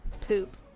Poop